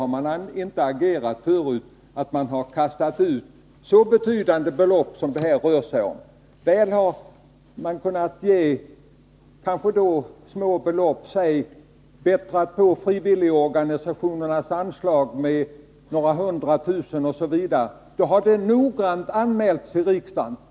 Det har inte tidigare hänt att man kastat ut så betydande belopp som det här rör sig om. Väl har man kunnat ge ut småbelopp. t.ex. bättrat på frivilligorganisationernas anslag med några hundra tusen kronor, men då har det noggrant anmälts till riksdagen.